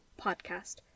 Podcast